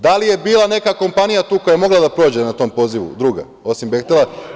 Da li je bila neka druga kompanija tu koja je mogla da prođe na tom pozivu, osim „Behtela“